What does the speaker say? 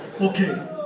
Okay